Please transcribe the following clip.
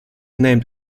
named